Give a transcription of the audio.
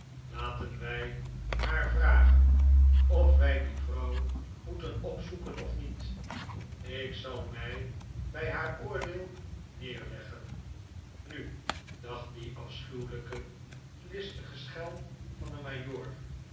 laten wij haar vragen of wij die vrouw moeten opzoeken of niet ik zal mij bij haar oordeel neerleggen nu dacht die afschuwelijke listige schelm van een